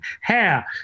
hair